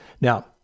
now